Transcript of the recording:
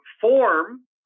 form